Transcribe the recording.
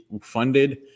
funded